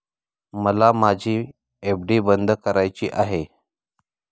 मला माझी एफ.डी बंद करायची आहे